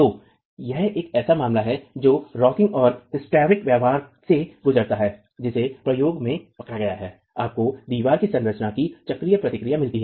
तो यह एक ऐसा मामला है जो रॉकिंगकठोर और हिस्टेरेटिक व्यवहार से गुजरता है जिसे प्रयोग से पकड़ा गया है आपको दीवार की संरचना की चक्रीय प्रतिक्रिया मिलती है